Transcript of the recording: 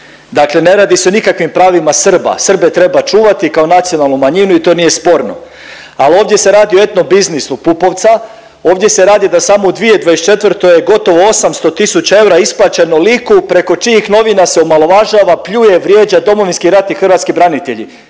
dakle ne radi se o nikakvim pravima Srba, Srbe treba čuvati kao nacionalnu manjinu i to nije sporno, al ovdje se radi o etno biznisu Pupovcu, ovdje se radi da samo u 2024. je gotovo 800 tisuća eura isplaćeno liku preko čijih novina se omalovažava, pljuje i vrijeđa Domovinski rat i hrvatski branitelji